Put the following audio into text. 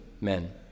men